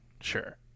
Sure